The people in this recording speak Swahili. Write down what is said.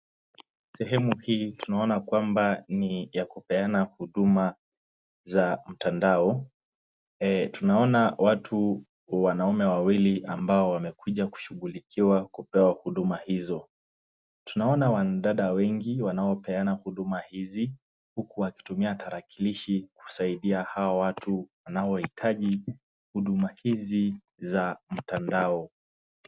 Sehemu hii tunaona kwamba ni ya kupeana huduma za mtandao, tunaona watu wanaume wawili ambao wamekuja kushugulikiwa kupewa huduma hizo. Tunaona wanadada wengi wanaopeana huduma hizi huku wakitumia tarakilishi kusaidia hawa watu wanaohitaji huduma hizi za mtandao.